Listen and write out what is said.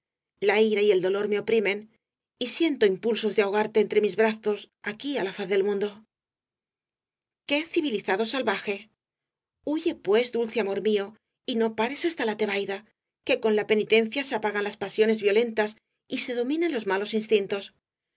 la ira y el dolor me oprimen y siento impulsos de ahogarte entre mis brazos aquí á la faz del mundo qué civilizado salvaje fluye pues dulce amor mío y no pares hasta la tebaida que con la penitencia se apagan las pasiones violentas y se dominan los malos instintos